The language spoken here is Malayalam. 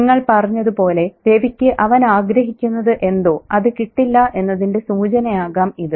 നിങ്ങൾ പറഞ്ഞതുപോലെ രവിക്ക് അവൻ ആഗ്രഹിക്കുന്നത് എന്തോ അത് കിട്ടില്ല എന്നതിന്റെ സൂചനയാകാം ഇത്